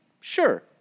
Sure